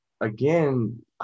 again